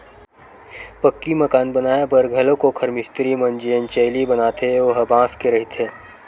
पक्की मकान बनाए बर घलोक ओखर मिस्तिरी मन जेन चइली बनाथे ओ ह बांस के रहिथे